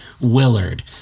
Willard